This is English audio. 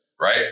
right